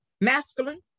masculine